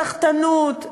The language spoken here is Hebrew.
הסחטנות,